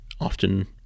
often